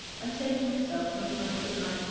i say to myself sometimes at night,